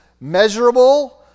measurable